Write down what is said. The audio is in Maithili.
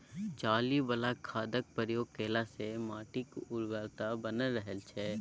चाली बला खादक प्रयोग केलासँ माटिक उर्वरता बनल रहय छै